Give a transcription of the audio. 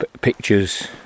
pictures